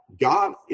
God